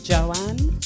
Joanne